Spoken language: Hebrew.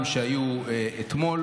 בינתיים נראה לי שאתה נהנה.